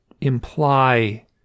imply